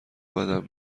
بدم